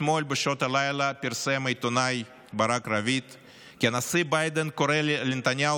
אתמול בשעות הלילה פרסם העיתונאי ברק רביד כי הנשיא ביידן קורא לנתניהו,